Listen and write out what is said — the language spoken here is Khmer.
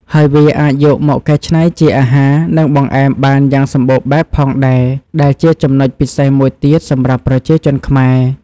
ហើយវាអាចយកមកកែច្នៃជាអាហារ និងបង្អែមបានយ៉ាងសម្បូរបែបផងដែរ ដែលជាចំណុចពិសេសមួយទៀតសម្រាប់ប្រជាជនខ្មែរ។